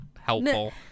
helpful